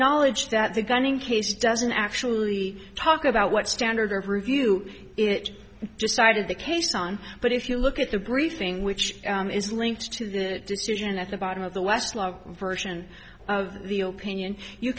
knowledge that the gunning case doesn't actually talk about what standard of review it decided the case on but if you look at the briefing which is linked to that decision at the bottom of the west version of the old pinion you